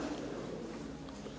Hvala